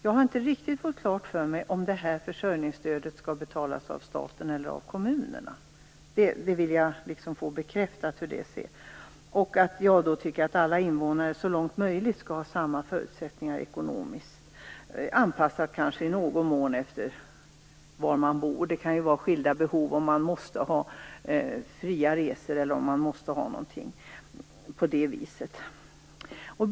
Jag har inte riktigt fått klart för mig om försörjningsstödet skall betalas av staten eller av kommunerna. Hur det är med detta vill jag få bekräftat. Jag tycker att alla invånare så långt det är möjligt skall ha samma ekonomiska förutsättningar, i någon mån kanske anpassat efter var man bor. Det kan ju vara fråga om skilda behov. Man kanske måste ha fria resor etc.